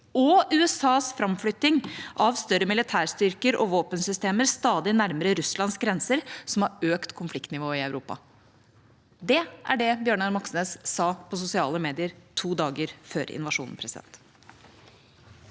og USAs fremflytting av større militærstyrker og våpensystemer stadig nærmere Russlands grenser, som har økt konfliktnivået i Europa.» Det var det Bjørnar Moxnes sa på sosiale medier to dager før invasjonen. Presidenten